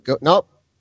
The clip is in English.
Nope